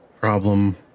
problem